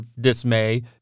dismay